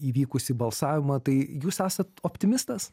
įvykusį balsavimą tai jūs esat optimistas